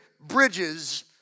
Bridges